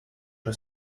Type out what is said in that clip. was